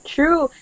True